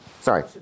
Sorry